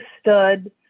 stud